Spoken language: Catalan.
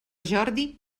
jordi